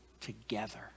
together